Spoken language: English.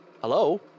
Hello